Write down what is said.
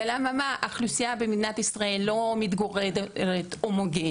אבל האוכלוסייה במדינת ישראל לא מתגוררת הומוגנית,